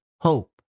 hope